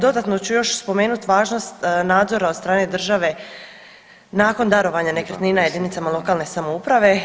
Dodatno ću još spomenut važnost nadzora od strane države nakon darovanja nekretnina jedinicama lokalne samouprave.